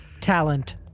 talent